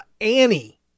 Annie